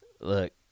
Look